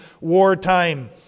wartime